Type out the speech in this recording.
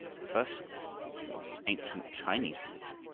first of all there was the ancient chinese religion,